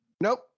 Nope